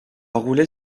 roulé